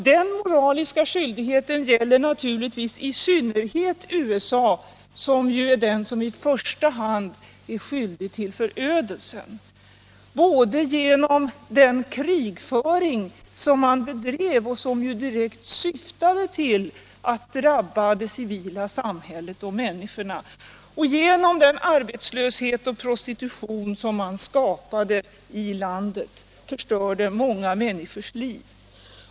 Den moraliska skyldigheten gäller naturligtvis i synnerhet USA, som ju är den som i första hand är skyldig till förödelsen, både genom den krigföring som man bedrev och som direkt syftade till att drabba det civila samhället och människorna och genom den arbetslöshet och prostitution som man skapade i landet och som förstörde många människors liv.